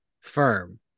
firm